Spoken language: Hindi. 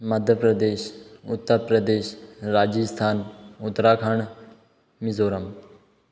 मध्य प्रदेश उत्तर प्रदेश राजस्थान उत्तराखंड मिजोरम